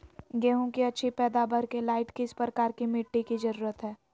गेंहू की अच्छी पैदाबार के लाइट किस प्रकार की मिटटी की जरुरत है?